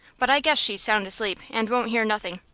but i guess she's sound asleep, and won't hear nothing.